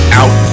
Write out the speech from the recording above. out